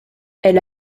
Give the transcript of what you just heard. elle